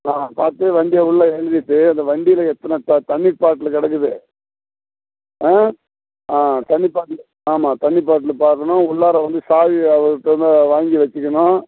ஆ பார்த்து வண்டியை உள்ளே எழுதிட்டு அந்த வண்டியில் எத்தனை த தண்ணி பாட்லு கிடக்குது ஆ ஆ தண்ணி பாட்லு ஆமாம் தண்ணி பாட்லு பார்க்கணும் உள்ளார வந்து சாவி அவர்க் கிட்டே இருந்து வாங்கி வெச்சுக்கணும்